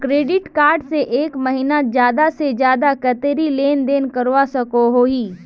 Credit card से एक महीनात ज्यादा से ज्यादा कतेरी लेन देन करवा सकोहो ही?